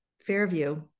Fairview